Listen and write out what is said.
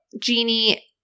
Genie –